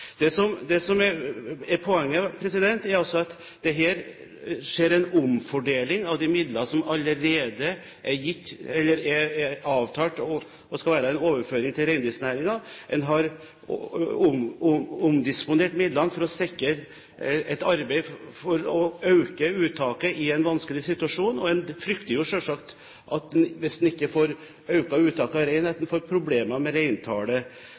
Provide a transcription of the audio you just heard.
Poenget er at det her skjer en omfordeling av midler som allerede er avtalt skal være en overføring til reindriftsnæringen. En har omdisponert midlene for å sikre et arbeid for økt uttak i en vanskelig situasjon. En frykter selvsagt, hvis en ikke får økt uttaket av rein, at en får problemer med reintallet